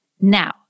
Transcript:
now